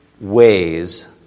ways